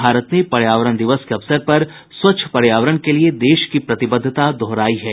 भारत ने पर्यावरण दिवस के अवसर पर स्वच्छ पर्यावरण के लिए देश की प्रतिबद्धता दोहराई है